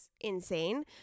insane